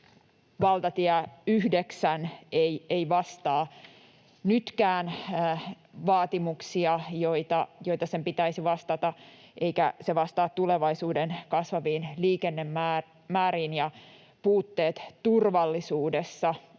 valtatie 9 ei vastaa nytkään vaatimuksia, joita sen pitäisi vastata, eikä se vastaa tulevaisuuden kasvaviin liikennemääriin, ja puutteet liikenneturvallisuudessa